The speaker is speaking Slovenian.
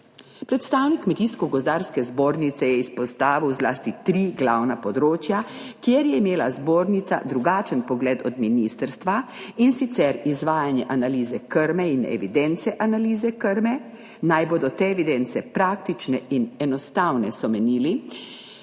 Predstavnik Kmetijsko gozdarske zbornice je izpostavil zlasti tri glavna področja, kjer je imela zbornica drugačen pogled od ministrstva. In sicer, izvajanje analize krme in evidence analize krme, naj bodo te evidence praktične in enostavne, so menili.